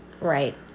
Right